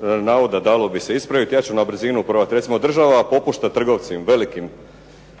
navoda dalo bi se ispraviti. Ja ću na brzinu probati. Recimo država popušta trgovcima velikim.